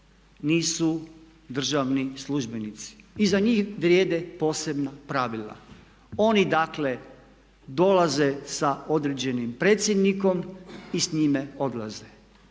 nisu državni službenici. I za njih vrijede posebna pravila. Oni dakle dolaze sa određenim predsjednikom i s njime odlaze.